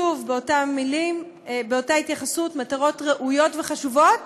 שוב, באותה התייחסות, מטרות ראויות וחשובות